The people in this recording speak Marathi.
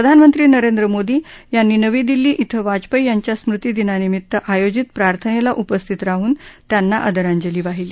प्रधानमंत्री नरेंद्र मोदी यांनी नवी दिल्ली धिं वाजपेयी यांच्या स्मृतीदिनानिमित्त आयोजित प्रार्थनेला उपस्थित राहून त्यांना आदरांजली वाहिली